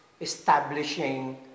establishing